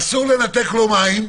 אסור לנתק לו מים,